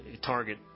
target